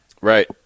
Right